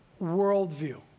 worldview